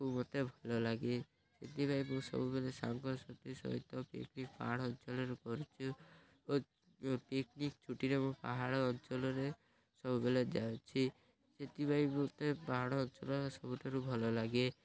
କୁ ମୋତେ ଭଲ ଲାଗେ ସେଥିପାଇଁ ମୁଁ ସବୁବେଳେ ସାଙ୍ଗସାଥି ସହିତ ପିକନିକ୍ ପାହାଡ଼ ଅଞ୍ଚଳରେ କରୁଚୁ ଓ ପିକନିକ୍ ଛୁଟିରେ ମୁଁ ପାହାଡ଼ ଅଞ୍ଚଲରେ ସବୁବେଳେ ଯାଉଛି ସେଥିପାଇଁ ମୋତେ ପାହାଡ଼ ଅଞ୍ଚଳ ସବୁଠାରୁ ଭଲ ଲାଗେ